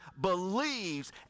believes